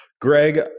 Greg